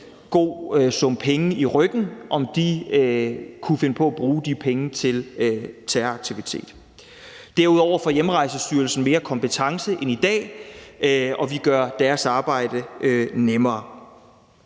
god sum penge i ryggen, kunne finde på at bruge de penge til terroraktivitet. Derudover får Hjemrejsestyrelsen mere kompetence end i dag, og vi gør deres arbejde nemmere.